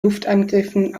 luftangriffen